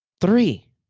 three